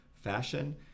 fashion